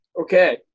Okay